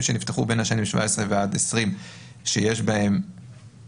שנפתחו בין השנים 2017 ל-2020 שיש בהם